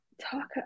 talk